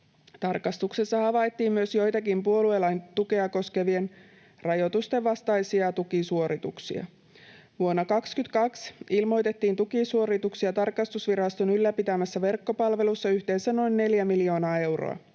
Tarkastuksessa havaittiin myös joitakin puoluelain tukea koskevien rajoitusten vastaisia tukisuorituksia. Vuonna 22 ilmoitettiin tukisuorituksia tarkastusviraston ylläpitämässä verkkopalvelussa yhteensä noin neljä miljoonaa euroa.